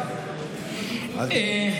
אותה.)